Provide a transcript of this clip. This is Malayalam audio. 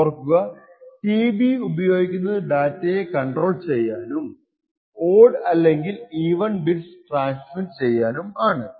ഓർക്കുക tB ഉപയോഗിക്കുന്നത് ഡാറ്റയെ കണ്ട്രോൾ ചെയ്യാനും ഓഡ്ഡ് അല്ലെങ്കിൽ ഈവൻ ബിറ്റ്സ് ട്രാൻസ്മിറ്റ് ചെയ്യാനും ആണ്